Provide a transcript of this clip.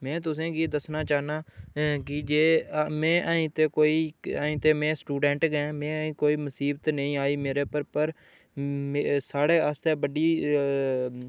में तुसेंगी दस्सना चाह्नां की जे में अजें ते कोई अजें ते में स्टूडेंट गै में अजें कोई मुसीबत नेईं आई मेरे उप्पर पर में साह्ड़े आस्तै बड्डी